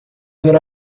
ver